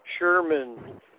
Sherman